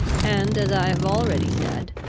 and, as i have already said,